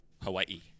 Hawaii